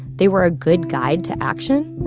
they were a good guide to action.